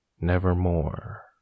Nevermore